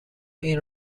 این